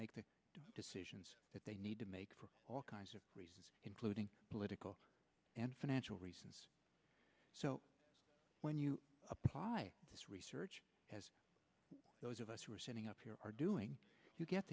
make the decisions that they need to make for all kinds of reasons including political and financial reasons so when you apply this research as those of us who are sitting up here are doing you get